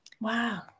Wow